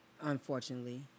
Unfortunately